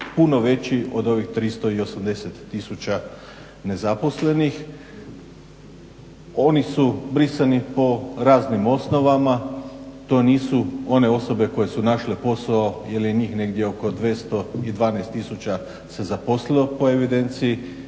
puno veći od ovih 380 tisuća nezaposlenih. Oni su brisani po raznim osnovama, to nisu one osobe koje su našle posao ili njih negdje oko 212 tisuća se zaposlilo po evidenciji,